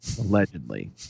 Allegedly